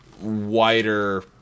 wider